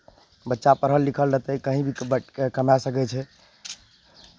बच्चा पढ़ल लिखल रहतै कहीँ भी बैठि कऽ कमाए सकै छै